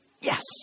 yes